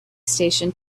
station